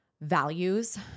values